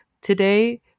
Today